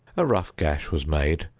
a rough gash was made,